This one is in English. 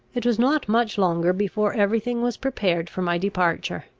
it was not much longer before every thing was prepared for my departure,